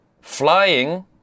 Flying